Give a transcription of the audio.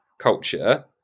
culture